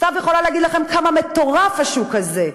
סתיו יכולה להגיד לכם כמה מטורף השוק הזה,